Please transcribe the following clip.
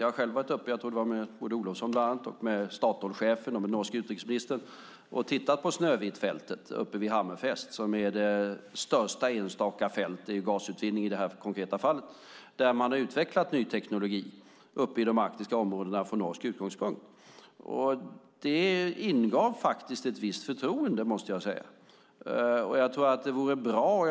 Jag har själv tillsammans med bland annat Maud Olofsson, Statoilchefen och den norske utrikesministern varit och tittat på Snøhvitfältet uppe vid Hammerfest, som i det här konkreta fallet är det största enskilda fältet för gasutvinning. I dessa arktiska områden har man från norsk utgångspunkt utvecklat ny teknologi, och det ingav, måste jag säga, ett visst förtroende.